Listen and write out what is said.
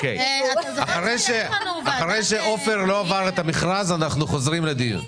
אחרי שעופר לא עבר את המכרז אנחנו חוזרים לדיון.